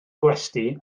gwesty